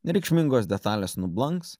nereikšmingos detalės nublanks